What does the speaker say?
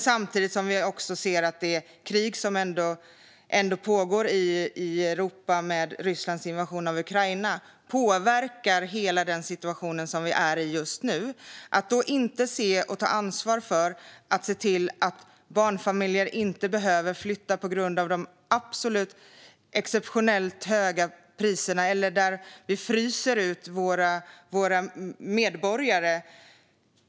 Samtidigt pågår ett krig i Europa med Rysslands invasion av Ukraina, som påverkar hela den situation som vi befinner oss i just nu. Vi måste ta ansvar för att barnfamiljer inte ska behöva flytta på grund av de exceptionellt höga elpriserna - vi får inte frysa ut våra medborgare.